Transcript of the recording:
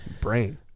brain